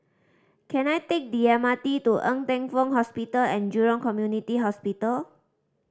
can I take the M R T to Ng Teng Fong Hospital And Jurong Community Hospital